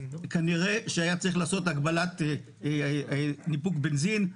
כנראה שהיה צריך לעשות הגבלת ניפוק בנזין,